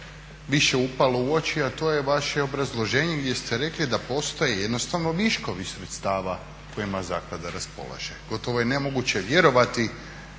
najviše upalo u oči, a to je vaše obrazloženje gdje ste rekli da postoje jednostavno viškovi sredstava kojima zaklada raspolaže. Gotovo je nemoguće vjerovati